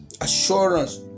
assurance